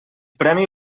premi